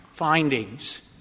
Findings